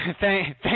Thank